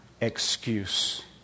excuse